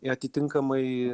ir atitinkamai